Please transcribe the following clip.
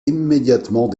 immédiatement